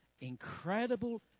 incredible